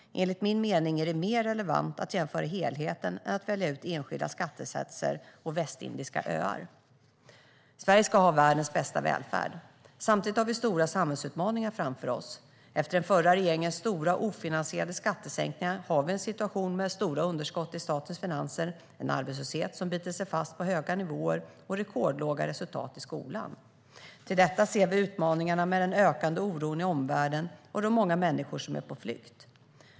Enligt min mening är det mer relevant att jämföra helheten än att välja ut enskilda skattesatser och västindiska öar. Sverige ska ha världens bästa välfärd. Samtidigt har vi stora samhällsutmaningar framför oss. Efter den förra regeringens stora ofinansierade skattesänkningar har vi en situation med stora underskott i statens finanser, en arbetslöshet som bitit sig fast på höga nivåer och rekordlåga resultat i skolan. Till detta ser vi utmaningarna med den ökande oron i omvärlden och de många människor som är på flykt.